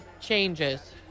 changes